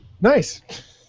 Nice